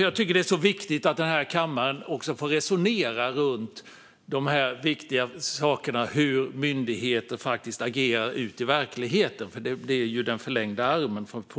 Jag tycker att det är viktigt att kammaren får resonera runt dessa viktiga saker - hur myndigheter faktiskt agerar ute i verkligheten. De är ju politikens förlängda arm.